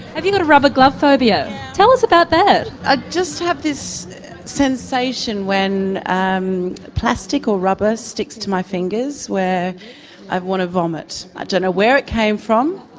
have you got a rubber glove phobia tell us about that. i just have this sensation when um plastic or rubber sticks to my fingers where i'd want to vomit. i don't know where it came from,